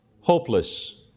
hopeless